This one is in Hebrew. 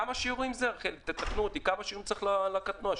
כמה שיעורים צריך בשביל רישיון לקטנוע?